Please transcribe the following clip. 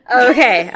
okay